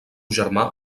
germà